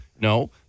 No